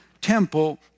temple